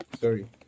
sorry